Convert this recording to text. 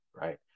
right